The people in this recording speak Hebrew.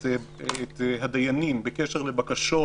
את הדיינים בקשר לבקשות